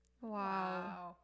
Wow